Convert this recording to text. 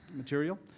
material,